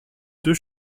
deux